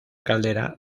caldera